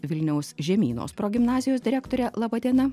vilniaus žemynos progimnazijos direktorė laba diena